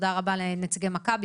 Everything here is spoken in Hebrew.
תודה רבה לנציגי מכבי,